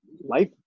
life